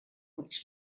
which